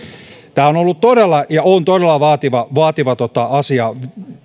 tämä on ollut ja on todella vaativa asia